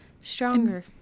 stronger